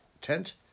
tent